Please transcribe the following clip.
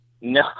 No